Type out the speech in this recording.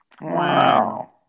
Wow